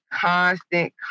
constant